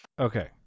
okay